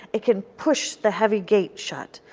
it can push the heavy gate shut.